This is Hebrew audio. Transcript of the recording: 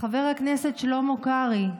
חבר הכנסת שלמה קרעי,